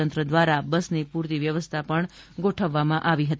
તંત્ર દ્વારા બસની પૂરતી વ્યવસ્થા ગોઠવવામાં આવી હતી